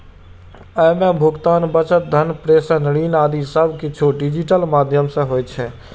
अय मे भुगतान, बचत, धन प्रेषण, ऋण आदि सब किछु डिजिटल माध्यम सं होइ छै